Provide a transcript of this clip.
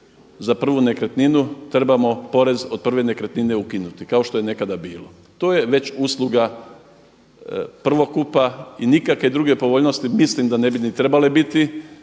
za prvu nekretninu trebamo porez od prve nekretnine ukinuti kao što je nekada bilo. To je već usluga prvokupa i nikakve druge povoljnosti mislim da ne bi ni trebale biti,